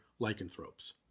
lycanthropes